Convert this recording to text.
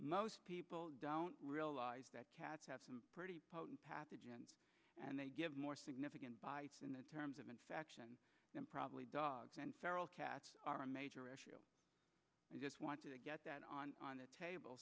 most people don't realize that cats have some pretty potent pathogens and they give more significant terms of infection and probably dogs and feral cats are a major issue i just want to get that on on the table